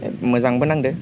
मोजांबो नांदोंं